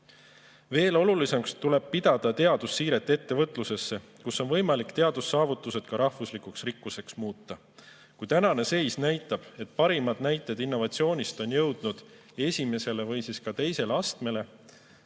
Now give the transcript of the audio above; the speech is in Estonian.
olulisemaks tuleb pidada teadmussiiret ettevõtlusesse, kus on võimalik teadussaavutused ka rahvuslikuks rikkuseks muuta. Kui tänane seis näitab, et parimad näited innovatsioonist on jõudnud esimesele või siis ka teisele astmele,